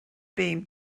beam